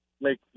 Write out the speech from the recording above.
make